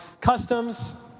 customs